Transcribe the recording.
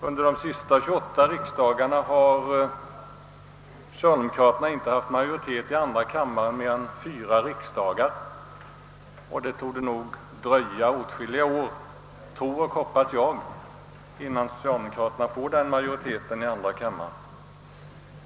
Under de senaste 28 riksdagarna har socialdemokraterna inte haft majoritet i andra kammaren mer än fyra riksdagar, och det torde nog dröja åtskilliga år — det hoppas och tror jag — innan socialdemokraterna åter får majoritet i andra kammaren.